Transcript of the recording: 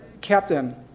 captain